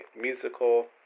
musical